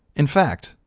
in fact,